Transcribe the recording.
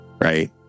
right